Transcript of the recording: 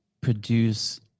produce